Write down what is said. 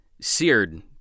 seared